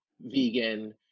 vegan